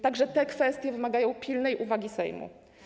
Także te kwestie wymagają pilnej uwagi Sejmu.